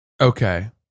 Okay